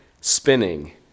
spinning